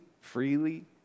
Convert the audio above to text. freely